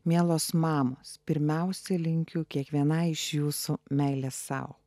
mielos mamos pirmiausia linkiu kiekvienai iš jūsų meilės sau